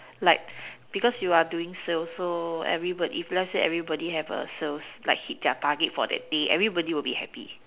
like because you are doing sales so everybody if let's say everybody have sales like hit their target for the day everybody will be happy